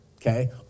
okay